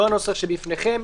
לא הנוסח שבפניכם,